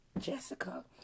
Jessica